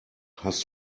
hast